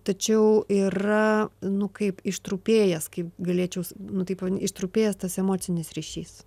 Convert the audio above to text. tačiau yra nu kaip ištrupėjęs kaip galėčiau nu taip ištrupėjęs tas emocinis ryšys